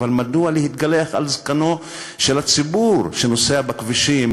אבל מדוע להתגלח על זקנו של הציבור שנוסע בכבישים